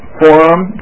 forum